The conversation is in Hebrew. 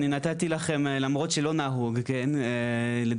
אני נתתי לכם, למרות שלא נהוג, לדבר.